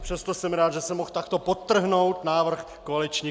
Přesto jsem rád, že jsem mohl takto podtrhnout návrh koaličních klubů.